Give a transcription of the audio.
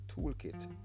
toolkit